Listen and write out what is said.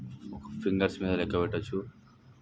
fingers మీద లెక్కపెట్టవచ్చు